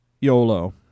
YOLO